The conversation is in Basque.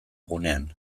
gunean